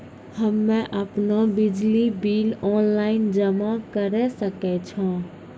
हम्मे आपनौ बिजली बिल ऑनलाइन जमा करै सकै छौ?